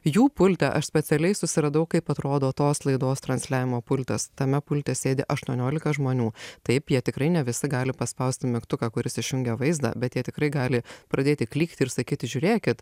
jų pulte aš specialiai susiradau kaip atrodo tos laidos transliavimo pultas tame pulte sėdi aštuoniolika žmonių taip jie tikrai ne visi gali paspausti mygtuką kuris išjungia vaizdą bet jie tikrai gali pradėti klykti ir sakyti žiūrėkit